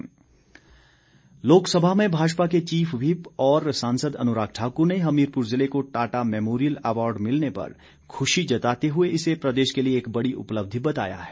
अनुराग लोकसभा में भाजपा के chief whip और सांसद अनुराग ठाकुर ने हमीरपुर ज़िले को टाटा मैमोरियल अवार्ड मिलने पर खुशी जताते हुए इसे प्रदेश के लिए एक बड़ी उपलब्धि बताया है